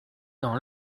dans